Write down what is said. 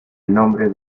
nombre